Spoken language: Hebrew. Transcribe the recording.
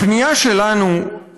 הפנייה שלנו,